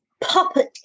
puppet